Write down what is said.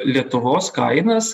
lietuvos kainas